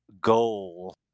goal